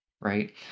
Right